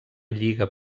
lliga